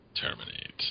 Terminate